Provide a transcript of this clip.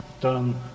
done